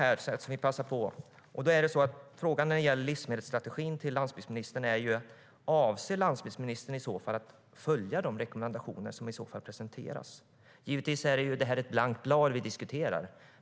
Frågan till landsbygdsministern när det gäller livsmedelsstrategin är: Avser landsbygdsministern att följa de rekommendationer som i så fall presenteras? Det är givetvis ett blankt blad vi diskuterar.